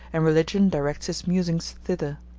and religion directs his musings thither.